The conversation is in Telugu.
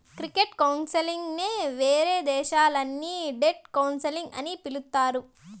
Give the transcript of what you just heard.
క్రెడిట్ కౌన్సిలింగ్ నే వేరే దేశాల్లో దీన్ని డెట్ కౌన్సిలింగ్ అని పిలుత్తారు